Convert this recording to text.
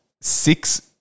six